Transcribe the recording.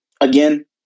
again